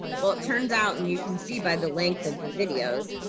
well turns out and you can see by the length of the videos,